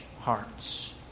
hearts